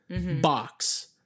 box